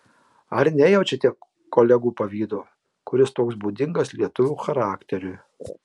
ar nejaučiate kolegų pavydo kuris toks būdingas lietuvio charakteriui